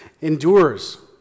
endures